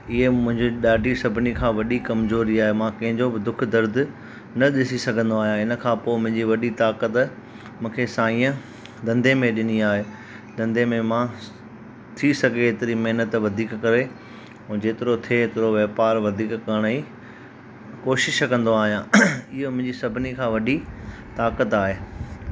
हीअ मुंहिंजी ॾाढी सभिनी खां वॾी कमजोरी आहे मां कंहिंजो बि दुख दर्द न ॾिसी सघंदो आहियां हिन खां पोइ मुंजी वॾी ताक़त मूंखे साईंअ धंधे में ॾिनी आहे धंधे में मां थी सघे एतिरी महिनतु वधीक करे ऐं जेतिरो थिए एतिरो वापार वधीक करण जी कोशिशि कंदो आहियां हीअ मुंहिंजी सभिनी खां वॾी ताक़त आहे